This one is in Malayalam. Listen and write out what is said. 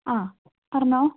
ആഹ് പറഞ്ഞോ